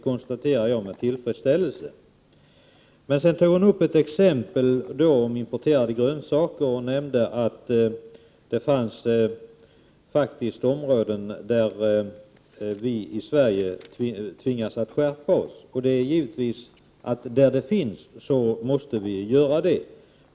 Grethe Lundblad tog upp ett exempel som handlade om importerade grönsaker. Hon nämnde att det faktiskt finns områden, där vi i Sverige är tvungna att skärpa oss. Det är givet att vi måste vidta en skärpning där det behövs.